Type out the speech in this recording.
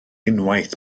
unwaith